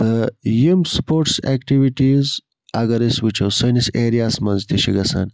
یِم sports activities اگر أسۍ وچھو سٲنِس ایریاہَس مَنٛز تہِ چھِ گَژھان